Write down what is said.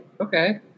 Okay